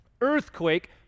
earthquake